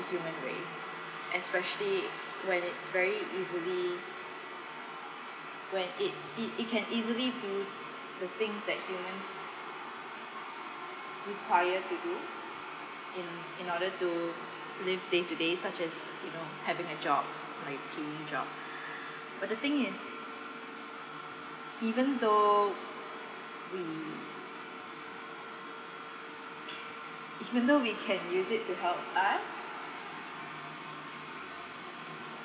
human race especially when it's very easily when it it it can easily do the things that humans require to do in in order to live day to day such as you know having a job like cleaning job but the thing is even though we even though we can use it to help us